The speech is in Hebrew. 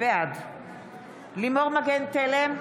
בעד לימור מגן תלם,